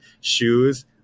shoes